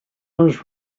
was